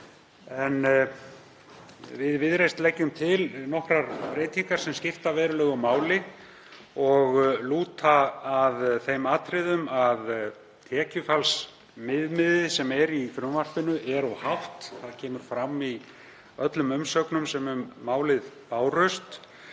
í Viðreisn leggjum til nokkrar breytingar sem skipta verulegu máli og lúta m.a. að því atriði að tekjufallsviðmiðið í frumvarpinu er of hátt. Það kemur fram í öllum umsögnum sem um málið bárust.